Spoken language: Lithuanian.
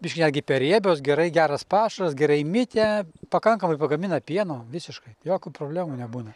biškį netgi per riebios gerai geras pašaras gerai mitę pakankamai pagamina pieno visiškai jokių problemų nebūna